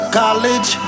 college